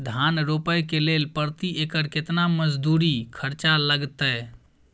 धान रोपय के लेल प्रति एकर केतना मजदूरी खर्चा लागतेय?